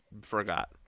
forgot